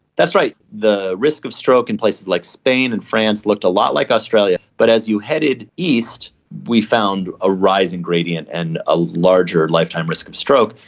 that's right, the risk of stroke in places like spain and france looked a lot like australia. but as you headed east we found a rising gradient gradient and a larger lifetime risk of stroke.